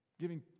Giving